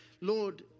Lord